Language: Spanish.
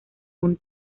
fun